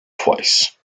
twice